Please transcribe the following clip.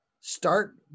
start